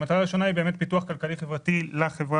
המטרה הראשונה היא פיתוח כלכלי-חברתי לחברה